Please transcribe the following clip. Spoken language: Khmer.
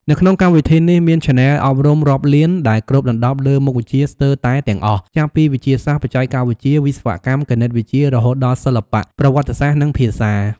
នៅក្នុងកម្មវិធីនេះមានឆានែលអប់រំរាប់លានដែលគ្របដណ្តប់លើមុខវិជ្ជាស្ទើរតែទាំងអស់ ចាប់ពីវិទ្យាសាស្ត្រ បច្ចេកវិទ្យា វិស្វកម្ម គណិតវិទ្យា រហូតដល់សិល្បៈ ប្រវត្តិសាស្ត្រ និងភាសា។